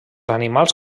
animals